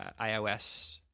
iOS